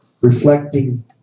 reflecting